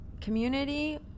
community